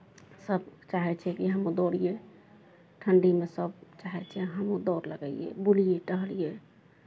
सभ चाहै छै कि हमहूँ दौड़ियै ठण्ढीमे सभ चाहै छै हमहूँ दौड़ लगैयै बुलियै टहलियै